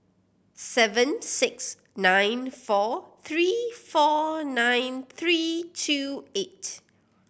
seven six nine four three four nine three two eight